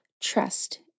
Trust